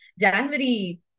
January